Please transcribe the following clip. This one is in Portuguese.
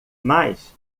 mas